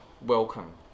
welcome